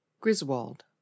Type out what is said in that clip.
Griswold